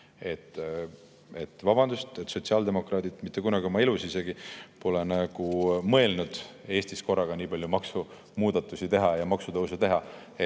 Vabandust, aga sotsiaaldemokraadid mitte kunagi oma elus isegi pole mõelnud Eestis korraga nii palju maksumuudatusi ja maksutõuse teha.